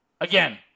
Again